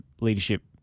leadership